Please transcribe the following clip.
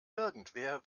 irgendwer